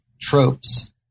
tropes